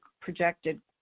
projected